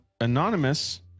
anonymous